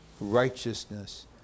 righteousness